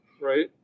right